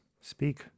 speak